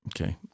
okay